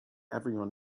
everyone